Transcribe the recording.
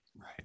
Right